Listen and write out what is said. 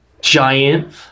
giant